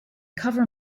cover